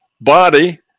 body